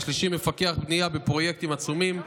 השלישי מפקח בנייה בפרויקטים עצומים,